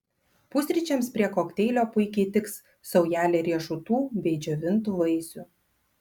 pusryčiams prie kokteilio puikiai tiks saujelė riešutų bei džiovintų vaisių